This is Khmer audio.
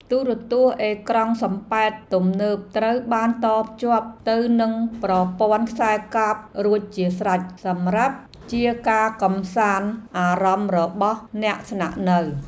ទូរទស្សន៍អេក្រង់សំប៉ែតទំនើបត្រូវបានតភ្ជាប់ទៅនឹងប្រព័ន្ធខ្សែកាបរួចជាស្រេចសម្រាប់ជាការកម្សាន្តអារម្មណ៍របស់អ្នកស្នាក់នៅ។